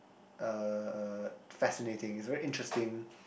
uh uh fascinating it's very interesting